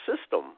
system